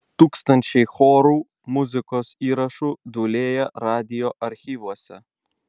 tūkstančiai chorų muzikos įrašų dūlėja radijo archyvuose